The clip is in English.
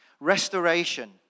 restoration